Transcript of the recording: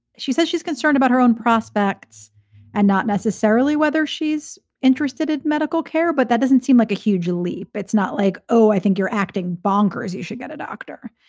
she says she's concerned about her own prospects and not necessarily whether she's interested medical care. but that doesn't seem like a huge leap. it's not like, oh, i think you're acting bonkers. you should get a doctor.